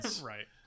Right